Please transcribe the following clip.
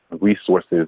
resources